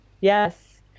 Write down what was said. Yes